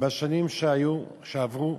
בשנים שעברו,